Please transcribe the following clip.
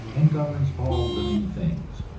and governs all living things.